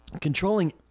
Controlling